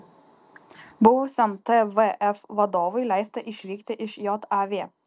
buvusiam tvf vadovui leista išvykti iš jav